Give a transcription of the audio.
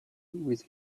with